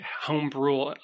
homebrew